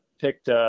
picked